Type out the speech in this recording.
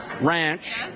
Ranch